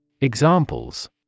Examples